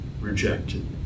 rejected